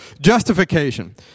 justification